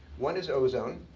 one is ozone.